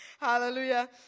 Hallelujah